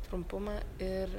trumpumą ir